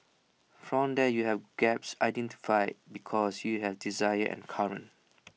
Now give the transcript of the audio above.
from there you have gaps identified because you have desired and current